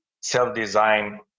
self-design